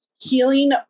healing